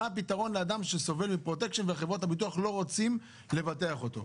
מה הפתרון לאדם שסובל מפרוטשן וחברות הביטוח לא רוצים לבטח אותו?